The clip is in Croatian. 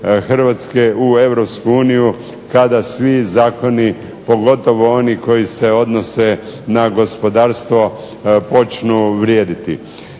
Europsku uniju kada svi zakoni, pogotovo oni koji se odnose na gospodarstvo, počnu vrijediti.